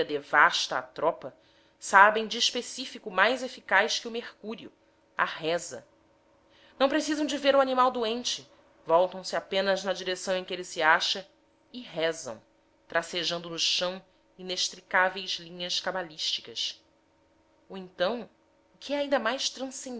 devasta a tropa sabem de específico mais eficaz que o mercúrio a reza não precisam de ver o animal doente voltam se apenas na direção em que ele se acha e rezam tracejando no chão inextricáveis linhas cabalísticas ou então o que é ainda mais